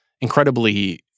incredibly